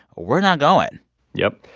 we're not going yep